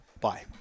Bye